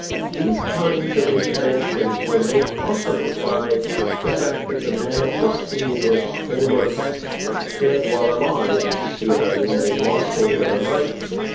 these kinds of interventions were made possible by the fact that the mad were seen as almost dead while alive, if you see what i mean, they had lost all their rights.